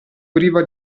priva